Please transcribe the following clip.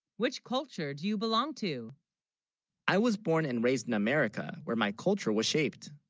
which culture do you belong to i was born and raised in america where my culture was shaped,